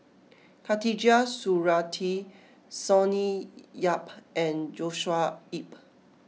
Khatijah Surattee Sonny Yap and Joshua Ip